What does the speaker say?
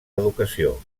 educació